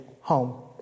home